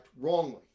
wrongly